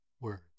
words